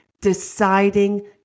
deciding